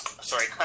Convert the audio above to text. Sorry